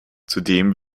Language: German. zudem